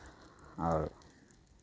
आओर